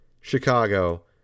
Chicago